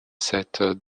sets